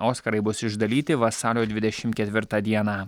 oskarai bus išdalyti vasario dvidešim ketvirtą dieną